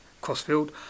cross-field